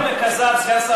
שקר וכזב, סגן שר הביטחון.